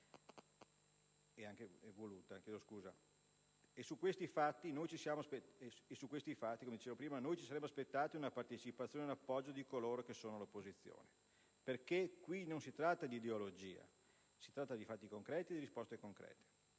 E su questi fatti, come dicevo prima, ci saremmo aspettati una partecipazione e un appoggio da coloro che sono all'opposizione, perché qui non si tratta di ideologia, si tratta di fatti concreti e di risposte concrete.